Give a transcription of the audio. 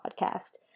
Podcast